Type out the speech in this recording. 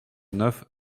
neuf